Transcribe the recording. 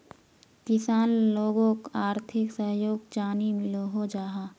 किसान लोगोक आर्थिक सहयोग चाँ नी मिलोहो जाहा?